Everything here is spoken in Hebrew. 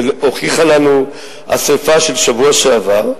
והוכיחה לנו השרפה של השבוע שעבר,